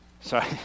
Sorry